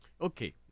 Okay